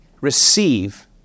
receive